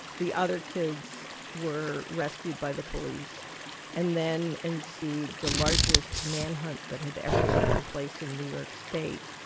the other kids were rescued by the police and then en and sued the largest manhunt that had ever taken place in new york state.